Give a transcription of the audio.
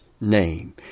name